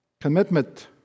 Commitment